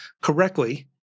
correctly